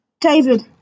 David